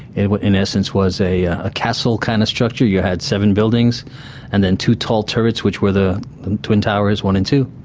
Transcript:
were in essence was a ah ah castle kind of structure, you had seven buildings and then two tall turrets which were the twin towers one and two.